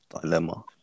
dilemma